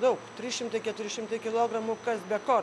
daug trys šimtai keturi šimtai kilogramų kas be ko